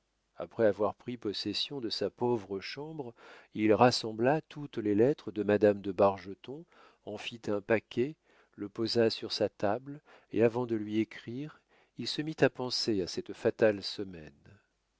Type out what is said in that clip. après avoir pris possession de sa pauvre chambre il rassembla toutes les lettres de madame de bargeton en fit un paquet le posa sur sa table et avant de lui écrire il se mit à penser à cette fatale